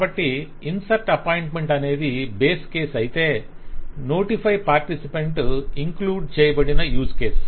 కాబట్టి insert appointment అనేది base case అయితే నోటిఫై పార్టిసిపెంట్ ఇంక్లూడ్ చేయబడిన యూజ్ కేస్